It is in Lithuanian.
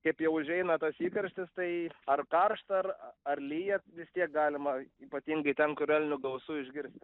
kaip jau užeina tas įkarštis tai ar karšta ar ar lyja vis tiek galima ypatingai ten kur elnių gausu išgirsti